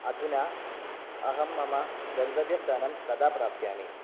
अधुना अहं मम गन्तव्यस्थानं कदा प्राप्स्यामि